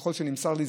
ככל שנמסר לי,